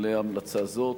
להמלצה זו.